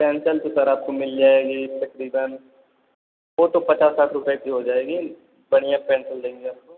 pencil तो sir आपको मिल जाएगी तकरीबन वो तो पचास साठ रुपये की हो जाएगी बढ़ियाँ पेन्सल देंगे आपको